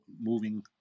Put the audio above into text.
moving